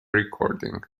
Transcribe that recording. recording